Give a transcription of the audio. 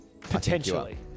Potentially